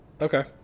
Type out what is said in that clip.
okay